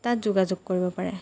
তাত যোগাযোগ কৰিব পাৰে